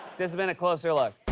this has been a closer look.